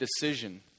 decision